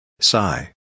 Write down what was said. Sigh